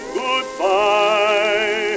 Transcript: goodbye